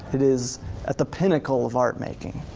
it is at the pinnacle of art-making.